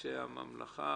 לאנשי הממלכה,